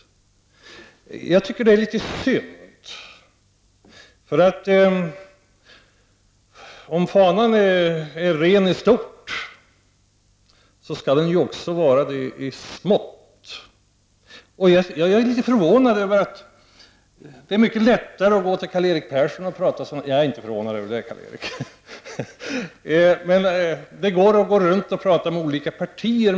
Jag tycker att det är litet synd. Om fanan är ren i stort skall den också vara det i smått. Jag är litet förvånad. Det är kanske mycket lättare att gå till Karl-Erik Persson och prata. Det går att gå runt och prata med olika partier.